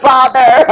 Father